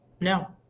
No